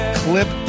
clip